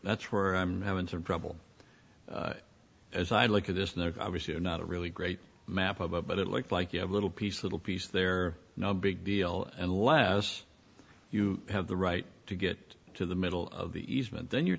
that's where i'm having some trouble as i look at this and there obviously are not a really great map of it but it looks like you have a little piece little piece there no big deal unless you have the right to get to the middle of the easement then you're